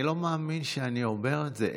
אני לא מאמין שאני אומר את זה.